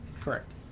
Correct